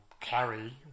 carry